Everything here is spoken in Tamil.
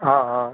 ஆ ஆ